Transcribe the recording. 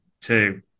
two